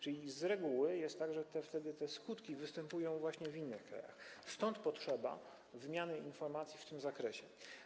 Czyli z reguły jest tak, że wtedy te skutki występują w innych krajach, stąd potrzeba wymiany informacji w tym zakresie.